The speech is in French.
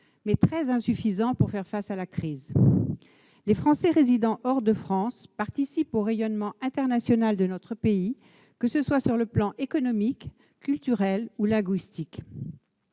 mais très insuffisant pour faire face à la crise. Les Français résidant hors de France participent au rayonnement international de notre pays sur les plans économique, culturel ou linguistique.